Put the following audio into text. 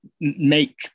make